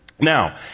Now